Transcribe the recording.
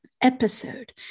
episode